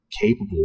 capable